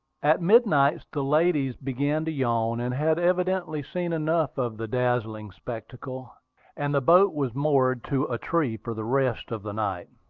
at midnight, the ladies began to yawn, and had evidently seen enough of the dazzling spectacle and the boat was moored to a tree for the rest of the night.